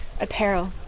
apparel